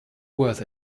worth